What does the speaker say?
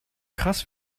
krass